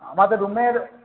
আমাদের রুমের